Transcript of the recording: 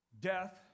Death